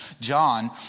John